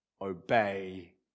obey